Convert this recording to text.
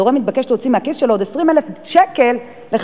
אז ההורה מתבקש להוציא מהכיס שלו עוד 20,000 שקל כדי